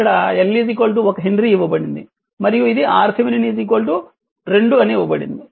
ఇక్కడ L 1 henry ఇవ్వబడింది మరియు ఇది Rథెవెనిన్ 2 అని ఇవ్వబడింది